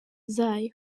zayo